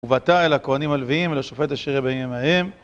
ובאת אל הכוהנים הלויים ולשופט אשר יהיה בימים ההם.